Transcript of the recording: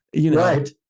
Right